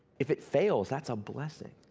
if it fails, that's a blessing.